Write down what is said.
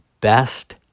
best